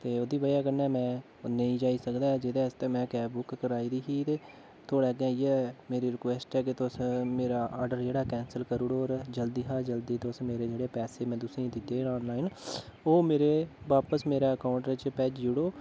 ते ओह्दी वजह् कन्नै में नेईं जाई सकदा ऐ जेह्दे आस्तै में कैब बुक कराई दी ही ते थुआढ़े अग्गै इयै मेरी रिकवेस्ट ऐ कि तुस मेरा आर्डर जेह्ड़ा कैंसल करी ओड़ो होर ते जल्दी शा जल्दी तुस मेरे जेह्ड़े पैसे में तुसेंगी दिते दे आनलाइन ओह् मेरे बापस मेरे अकउंट बिच्च भेजी ओड़ो